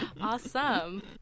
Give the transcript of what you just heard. Awesome